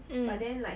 mm